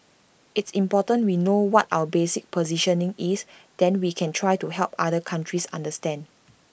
it's important we know what our basic positioning is then we can try to help other countries understand